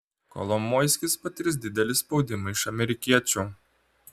kolomoiskis patirs didelį spaudimą iš amerikiečių